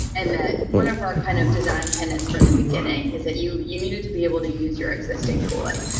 and that one of her kind of design tenants from the beginning is that you you needed to be able to use your existing tooling.